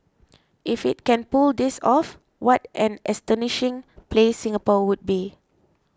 if it can pull this off what an astonishing place Singapore would be